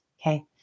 Okay